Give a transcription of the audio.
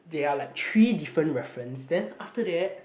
there are like three different reference then after that